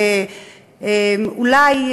אולי,